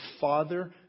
father